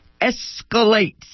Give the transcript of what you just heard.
escalates